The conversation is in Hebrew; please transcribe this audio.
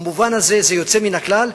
במובן הזה זה יוצא מן הכלל,